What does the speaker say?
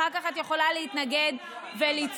אחר כך את יכולה להתנגד ולצעוק.